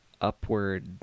upward